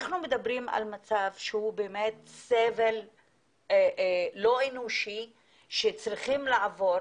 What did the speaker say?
אנחנו מדברים על מצב שהוא באמת סבל לא אנושי שצריכים לעבור